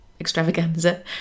extravaganza